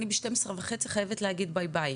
אני ב-12:30 חייבת להגיד ביי ביי,